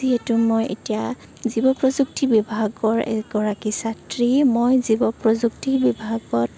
যিহেতু মই এতিয়া জীৱ প্ৰযুক্তি বিভাগৰ এগৰাকী ছাত্ৰী মই জীৱ প্ৰযুক্তি বিভাগত